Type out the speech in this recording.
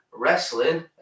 wrestling